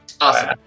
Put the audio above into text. Awesome